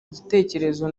ibitekerezo